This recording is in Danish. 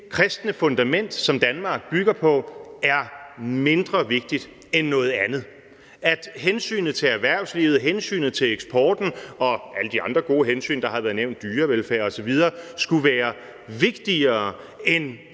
det kristne fundament, som Danmark bygger på, er mindre vigtigt end noget andet, at hensynet til erhvervslivet og hensynet til eksporten og alle de andre gode hensyn – der har været nævnt dyrevelfærd osv. – skulle være vigtigere end